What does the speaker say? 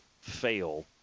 fail